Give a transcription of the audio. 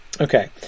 Okay